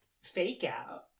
fake-out